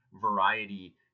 variety